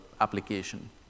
application